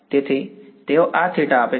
તેથી તેઓ આ થીટા આપે છે